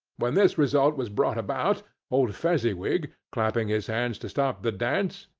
when this result was brought about, old fezziwig, clapping his hands to stop the dance,